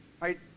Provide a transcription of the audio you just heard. right